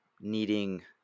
needing